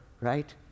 right